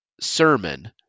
sermon